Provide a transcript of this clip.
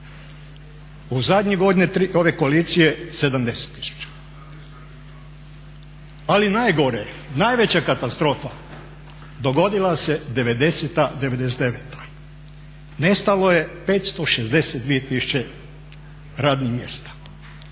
U zadnje godine ove koalicije 70 tisuća. Ali najgore je, najveća katastrofa dogodila se '90.-ta, '99.-ta. Nestalo je 562 tisuća radnih mjesta.